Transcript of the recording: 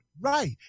right